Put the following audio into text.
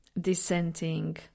dissenting